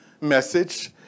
message